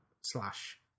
slash